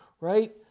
right